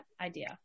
idea